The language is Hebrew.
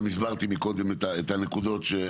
גם הסברתי מקודם את הנקודות.